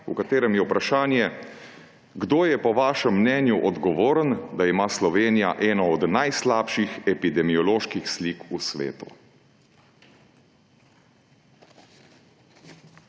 v katerem je vprašanje: Kdo je po vašem mnenju odgovoren, da ima Slovenija eno od najslabših epidemioloških slik v svetu?